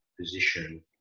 position